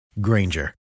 Granger